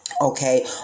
okay